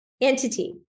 entity